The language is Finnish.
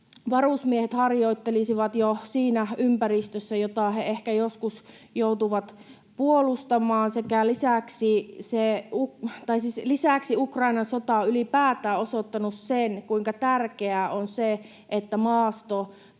varusmiehet harjoittelisivat jo siinä ympäristössä, jota he ehkä joskus joutuvat puolustamaan. Lisäksi Ukrainan sota on ylipäätään osoittanut sen, kuinka tärkeää on se, että maasto